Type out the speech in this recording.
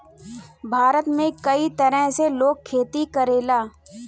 भारत में कई तरह से लोग खेती करेला